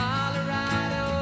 Colorado